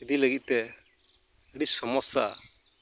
ᱤᱫᱤ ᱞᱟᱹᱜᱤᱫ ᱛᱮ ᱟᱹᱰᱤ ᱥᱚᱢᱚᱥᱥᱟ